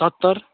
सत्तर